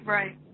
Right